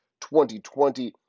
2020